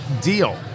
deal